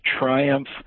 triumph